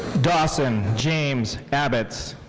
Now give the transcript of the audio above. dawson james abitz.